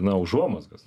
na užuomazgas